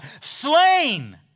slain